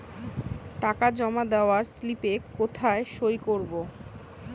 টাকা জমা দেওয়ার স্লিপে কোথায় সই করব?